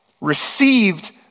received